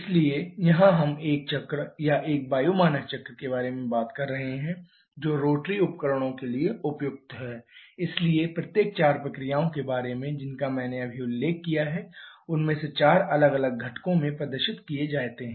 इसलिए यहां हम एक चक्र या एक वायु मानक चक्र के बारे में बात कर रहे हैं जो रोटरी उपकरणों के लिए उपयुक्त है इसलिए प्रत्येक चार प्रक्रियाओं के बारे में जिनका मैंने अभी उल्लेख किया है उनमें से चार अलग अलग घटकों में प्रदर्शित किए जाते हैं